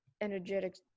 energetic